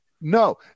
no